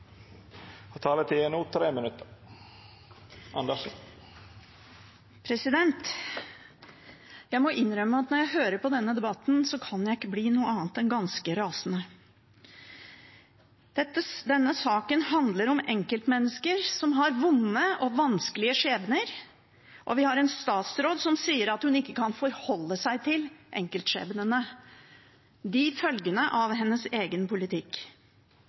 Jeg må innrømme at når jeg hører på denne debatten, kan jeg ikke bli noe annet enn ganske rasende. Denne saken handler om enkeltmennesker som har vonde og vanskelige skjebner, og vi har en statsråd som sier at hun ikke kan forholde seg til enkeltskjebnene – følgene av hennes egen politikk.